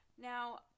Now